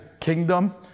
kingdom